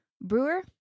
brewer